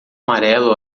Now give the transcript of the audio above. amarelo